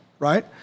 Right